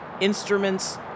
instruments